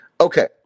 Okay